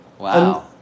wow